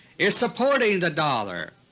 is supporting the dollar.